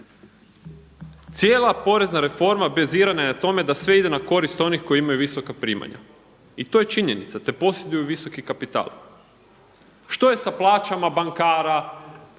Cijela porezna reforma bazirana je na tome da sve ide na korist onih koji imaju visoka primanja. I to je činjenica, da posjeduju visoki kapital. Što je sa plaćama bankara,